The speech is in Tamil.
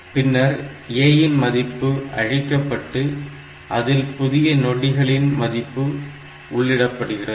பின்னர் A இன் மதிப்பு அழிக்கப்பட்டு அதில் புதிய நொடியின் மதிப்பு உள்ளிடப்படுகிறது